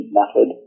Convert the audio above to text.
method